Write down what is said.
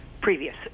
previous